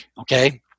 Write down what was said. Okay